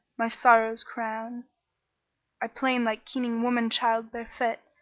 my sorrow's crown i plain like keening woman child bereft,